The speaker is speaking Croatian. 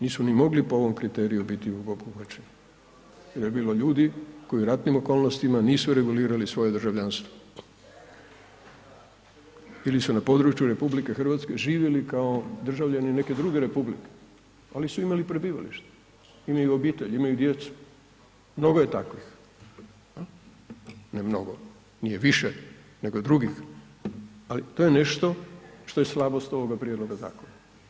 Nisu ni mogli po ovom kriteriju biti obuhvaćeni jer je bilo ljudi koji u ratnim okolnostima nisu regulirali svoje državljanstvo ili su na području RH živjeli kao državljani neke druge republike oni su imali prebivalište, imaju obitelj, imaju djecu, mnogo je takvih, ne mnogo nije više nego drugih, ali to je nešto što je slabost ovoga prijedloga zakona.